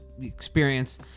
experience